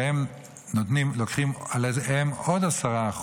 שהם לוקחים עליהם עוד 10%,